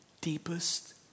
deepest